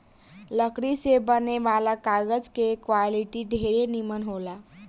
लकड़ी से बने वाला कागज के क्वालिटी ढेरे निमन होला